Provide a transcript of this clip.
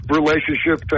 relationship